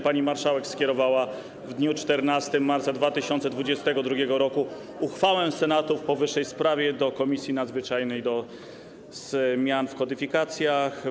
Pani marszałek skierowała w dniu 14 marca 2022 r. uchwałę Senatu w powyższej sprawie do Komisji Nadzwyczajnej do zmian w kodyfikacjach.